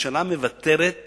הממשלה מוותרת